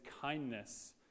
kindness